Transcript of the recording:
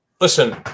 listen